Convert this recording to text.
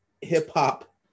Hip-hop